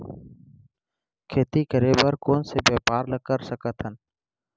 खेती करे बर कोन से व्यापार ला कर सकथन?